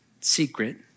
secret